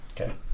Okay